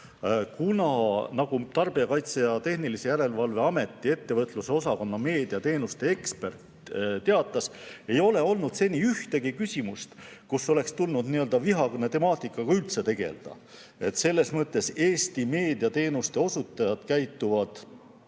Nagu Tarbijakaitse ja Tehnilise Järelevalve Ameti ettevõtluse osakonna meediateenuste ekspert teatas, ei ole olnud seni ühtegi küsimust, kus oleks üldse tulnud vihakõne temaatikaga tegeleda. Selles mõttes Eesti meediateenuste osutajad käituvad